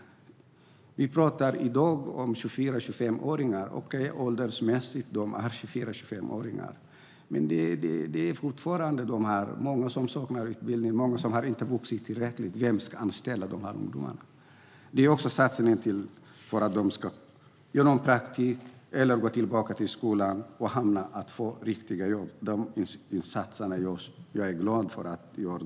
Vi talar i dag om 24-25-åringar. Trots deras ålder saknar många av dem utbildning. Vem ska anställa dessa ungdomar? Vi gör satsningar för att de ska få praktik eller gå tillbaka till skolan för att få riktiga jobb. Jag är glad över att dessa insatser görs.